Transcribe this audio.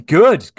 good